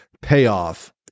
payoff